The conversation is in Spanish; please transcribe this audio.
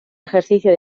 ejercicio